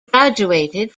graduated